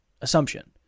assumption